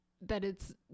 that—it's